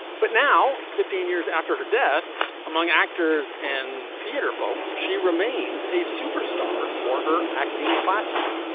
but now fifteen years after her death among actors and theater folk she remains a superstar for her acting classes.